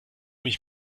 mich